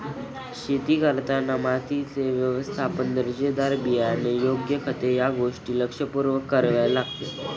शेती करताना मातीचे व्यवस्थापन, दर्जेदार बियाणे, योग्य खते या गोष्टी लक्षपूर्वक कराव्या लागतात